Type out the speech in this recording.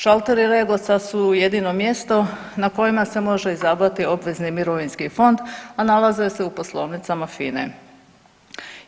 Šalteri Regosa su jedino mjesto na kojima se može izabrati obvezni mirovinski fond, a nalaze se u poslovnicama FINA-e.